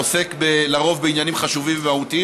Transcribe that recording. עוסק לרוב בעניינים חשובים ומהותיים,